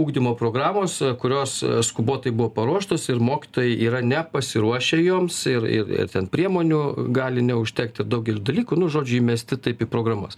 ugdymo programos kurios skubotai buvo paruoštos ir mokytojai yra nepasiruošę joms ir ir ir ten priemonių gali neužtekti daugelį dalykų nu žodžiu įmesti taip į programas